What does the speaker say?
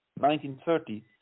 1930